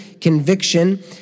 conviction